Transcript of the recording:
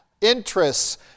interests